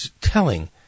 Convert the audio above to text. telling